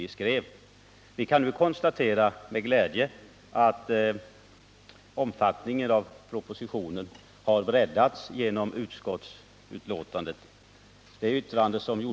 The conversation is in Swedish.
Vi kan nu med glädje konstatera att omfattningen av de åtgärder som föreslås i propositionen har breddats i utskottets förslag.